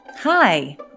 Hi